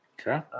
Okay